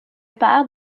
père